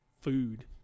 food